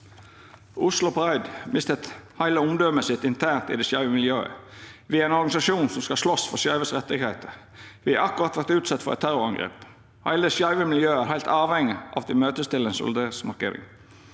«Oslo Pride mister hele omdømmet sitt internt i det skeive miljøet. Vi er en organisasjon som skal slåss for skeives rettigheter. Vi har akkurat vært utsatt for et terrorangrep. Hele det skeive miljøet er helt avhengig av at vi møtes til en solidaritetsmarkering.